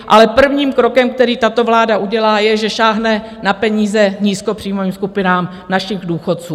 Ale prvním krokem, který tato vláda udělá, je, že sáhne na peníze nízkopříjmovým skupinám našich důchodců.